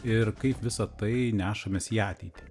ir kaip visa tai nešamės į ateitį